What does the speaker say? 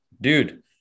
dude